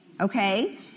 Okay